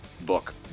book